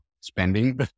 spending